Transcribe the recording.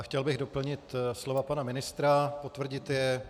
Chtěl bych doplnit slova pana ministra, potvrdit je.